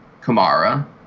Kamara